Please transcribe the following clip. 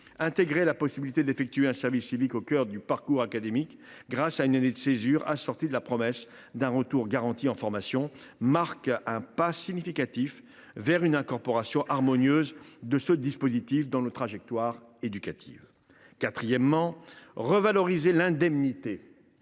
Intégrer la possibilité d’effectuer un service civique au cœur du parcours académique, grâce à une année de césure assortie de la promesse d’un retour garanti en formation, marque un pas significatif vers une incorporation harmonieuse de ce dispositif dans nos trajectoires éducatives. Quatrièmement, revaloriser l’indemnité